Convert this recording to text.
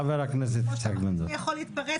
כמו שאתה מחליט מי יכול להתפרץ.